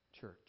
church